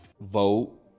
vote